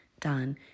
done